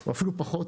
או אפילו פחות.